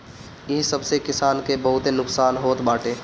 इ सब से किसान के बहुते नुकसान होत बाटे